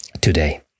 today